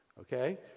Okay